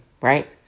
right